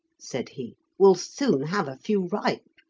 said he, will soon have a few ripe.